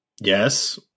Yes